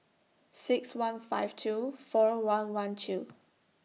six one five two four one one two